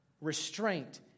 restraint